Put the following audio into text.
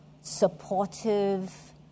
supportive